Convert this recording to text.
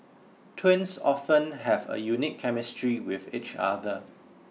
twins often have a unique chemistry with each other